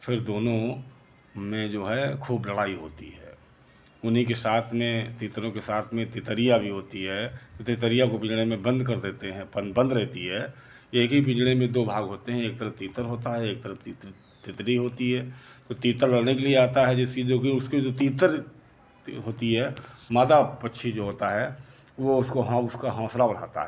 फिर दोनों में जो है खूब लड़ाई होती है उन्हीं के साथ में तीतरों के साथ में तितरिया भी होती है तितरिया को पिंजड़े में बंद कर देते हैं अपन बंद रहती है एक ही पिंजड़े में दो भाग होते है एक तरफ तीतर होता है एक तरफ तीतर तीतरी होती है तो तीतर लड़ने के लिए आता है जिसकी जो कि उसकी तीतर होती है मादा पक्षी जो होता है वो उसको उसका हौंसला बढ़ाता है